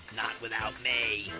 not without me.